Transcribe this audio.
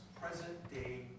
present-day